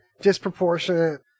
disproportionate